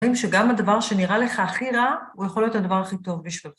האם שגם הדבר שנראה לך הכי רע, הוא יכול להיות הדבר הכי טוב בשבילך?